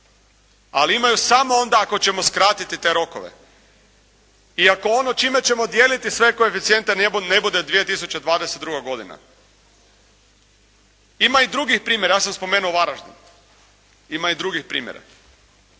ali imaju samo onda ako ćemo skratiti te rokove i ako ono čime ćemo dijeliti sve koeficijente ne bude 2022. godina. Ima i drugih primjera, ja sam spomenuo Varaždin. Ima i drugih primjera